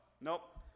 nope